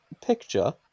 picture